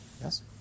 Yes